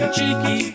Cheeky